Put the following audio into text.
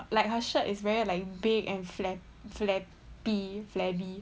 like her shirt is very like big and flap flap flappy